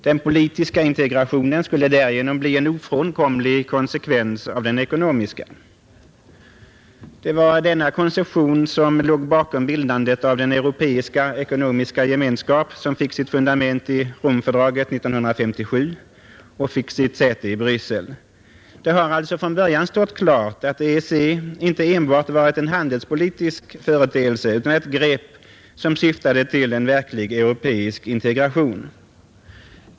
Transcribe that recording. Den politiska integrationen skulle därigenom bli en ofrånkomlig konsekvens av den ekonomiska. Det var denna konception som låg bakom bildandet av Europeiska ekonomiska gemenskapen, som fick sitt fundament i Romfördraget 1957 och som fick sitt säte i Bryssel. Det har alltså från början stått klart att EEC inte enbart varit en handelspolitisk företeelse utan ett grepp som syftade till en verklig europeisk integration.